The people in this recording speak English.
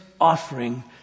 offering